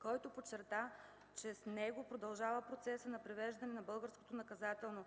който подчерта, че с него продължава процесът на привеждане на българското наказателно